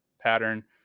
pattern